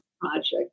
project